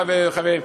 חברים.